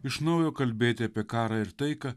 iš naujo kalbėti apie karą ir taiką